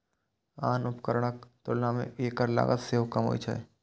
आन उपकरणक तुलना मे एकर लागत सेहो कम होइ छै